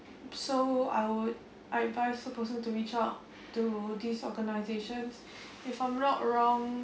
so I would I advise the person to reach out to these organisations if I'm not wrong